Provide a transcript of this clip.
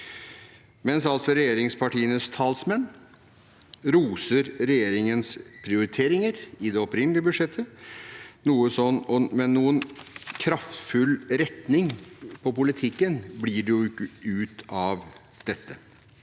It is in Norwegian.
mens regjeringspartienes talsmenn roser regjeringens prioriteringer i det opprinnelige budsjettet. Noen kraftfull retning på politikken blir det jo ikke ut av dette.